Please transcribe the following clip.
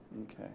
Okay